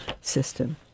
system